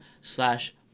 slash